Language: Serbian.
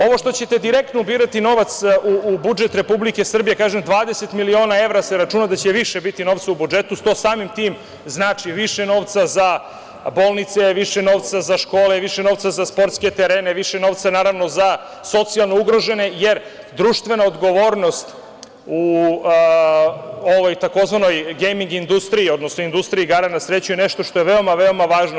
Ovo što ćete direktno ubirati novac u budžet Republike Srbije, kažem, 20 miliona evra se računa da će više biti novca u budžetu, to samim tim znači više novca za bolnice, više novca za škole, više novca za sportske terene, više novca za socijalno ugrožene jer društvena odgovornost u ovoj takozvanoj gejming industriji, odnosno industriji igara na sreću je nešto što je veoma važno.